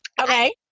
Okay